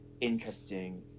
interesting